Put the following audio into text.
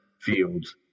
Fields